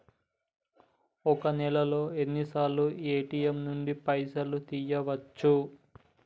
ఒక్క నెలలో ఎన్నిసార్లు ఏ.టి.ఎమ్ నుండి పైసలు తీయచ్చు?